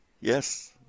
Yes